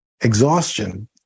exhaustion